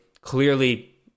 clearly